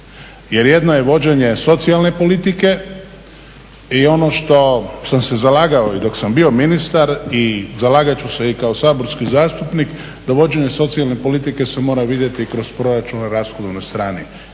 Jer jedno je vođenje socijalne politike i ono što sam se zalagao i dok sam bio ministar i zalagat ću se i kao saborski zastupnik, dovođenje socijalne politike se mora vidjeti kroz proračun na rashodovnoj strani.